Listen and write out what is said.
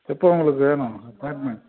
எப்போ உங்களுக்கு வேணும் அப்பாயின்மெண்ட்